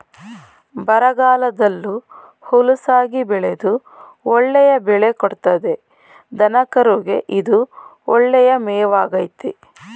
ಬರಗಾಲದಲ್ಲೂ ಹುಲುಸಾಗಿ ಬೆಳೆದು ಒಳ್ಳೆಯ ಬೆಳೆ ಕೊಡ್ತದೆ ದನಕರುಗೆ ಇದು ಒಳ್ಳೆಯ ಮೇವಾಗಾಯ್ತೆ